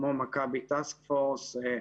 כמו Maccabee Task Force,